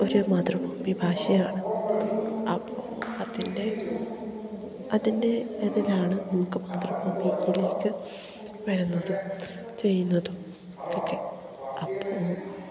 ഒരു മാതൃഭൂമി ഭാഷയാണ് അതിൻ്റെ അതിൻ്റെ ഇതിലാണ് നമുക്ക് മാതൃഭൂമിയിലേക്ക് വരുന്നതും ചെയ്യുന്നതും ഒക്കെ അപ്പോൾ